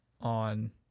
on